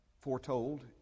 foretold